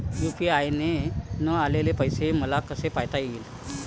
UPI न आलेले पैसे मले कसे पायता येईन?